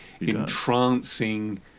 entrancing